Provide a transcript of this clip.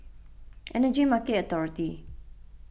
Energy Market Authority